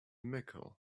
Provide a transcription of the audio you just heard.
mickle